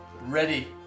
ready